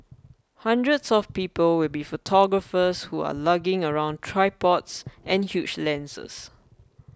hundreds of people will be photographers who are lugging around tripods and huge lenses